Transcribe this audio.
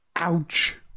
Ouch